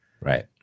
Right